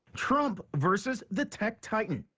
trump versus the tech titan.